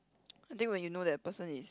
I think when you know that person is